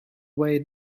way